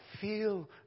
feel